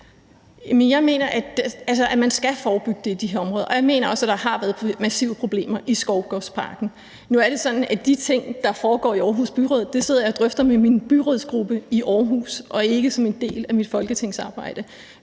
jeg mener, at man skal forebygge i forhold til de her områder, og jeg mener også, at der har været massive problemer i Skovgårdsparken. Nu er det sådan, at de ting, der foregår i Aarhus Byråd, sidder jeg og drøfter med min byrådsgruppe i Aarhus og ikke som en del af mit folketingsarbejde.